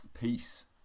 peace